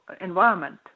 environment